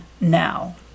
now